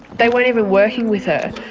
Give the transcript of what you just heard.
they weren't even working with her,